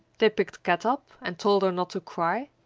they picked kat up and told her not to cry,